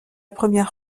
première